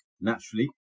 Naturally